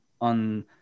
on